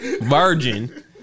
Virgin